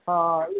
ਹਾਂ